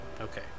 okay